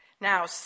Now